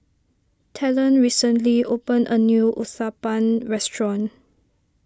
Talen recently opened a new Uthapam restaurant